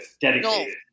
Dedicated